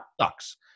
sucks